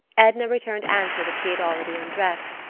edna returned answer that she had already undressed,